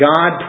God